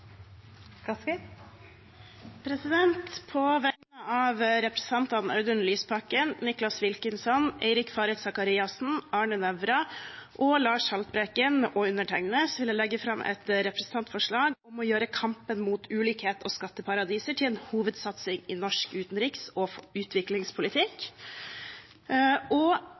Kaski vil fremsette to representantforslag. På vegne av representantene Audun Lysbakken, Nicholas Wilkinson, Eirik Faret Sakariassen, Arne Nævra, Lars Haltbrekken og undertegnede vil jeg legge fram et representantforslag om å gjøre kampen mot ulikhet og skatteparadiser til en hovedsatsing i norsk utenriks- og utviklingspolitikk.